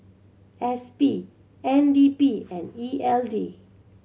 S P N D P and E L D